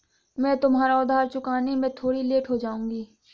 मैं तुम्हारा उधार चुकाने में थोड़ी लेट हो जाऊँगी